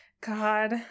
God